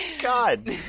God